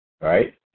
right